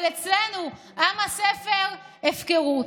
אבל אצלנו, עם הספר, הפקרות.